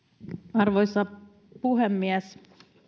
arvoisa puhemies